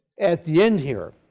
at the end here,